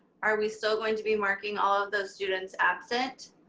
are we still going to be marking all of those students absent?